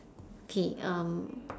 okay um